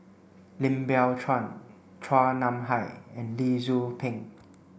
Lim Biow Chuan Chua Nam Hai and Lee Tzu Pheng